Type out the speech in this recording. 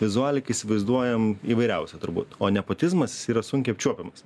vizualiai kai įsivaizduojam įvairiausią turbūt o nepotizmas jis yra sunkiai apčiuopiamas